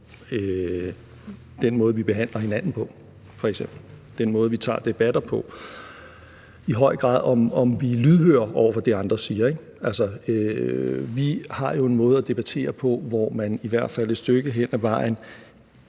den måde, vi behandler hinanden på, og den måde, vi tager debatter på, altså i høj grad på, om vi er lydhøre over for det, andre siger, ikke? Vi har jo en måde at debattere på, hvor man i hvert fald et stykke hen ad vejen